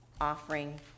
offering